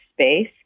space